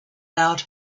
loud